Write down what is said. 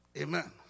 Amen